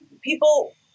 People